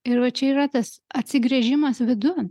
ir va čia yra tas atsigręžimas vidun